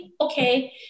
Okay